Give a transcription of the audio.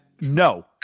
no